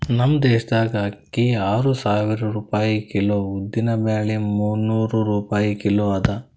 ನಮ್ ದೇಶದಾಗ್ ಅಕ್ಕಿ ಆರು ಸಾವಿರ ರೂಪಾಯಿ ಕಿಲೋ, ಉದ್ದಿನ ಬ್ಯಾಳಿ ಮುನ್ನೂರ್ ರೂಪಾಯಿ ಕಿಲೋ ಅದಾ